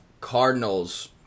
Cardinals